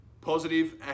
positive